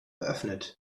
eröffnet